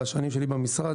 בשנים שאני במשרד,